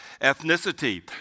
ethnicity